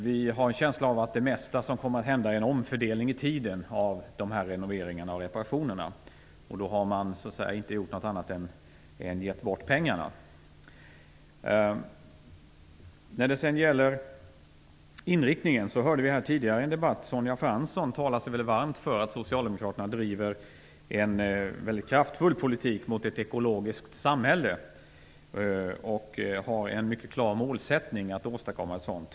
Vi har en känsla av att det mesta som kommer att hända är en omfördelning i tiden av de här renoveringarna och reparationerna, och då har man inte gjort något annat än att ge bort pengarna. När det sedan gäller inriktningen, hörde vi i en debatt tidigare Sonja Fransson tala varmt för att Socialdemokraterna driver en kraftfull politik mot ett ekologiskt samhälle och har en mycket klar målsättning att åstadkomma ett sådant.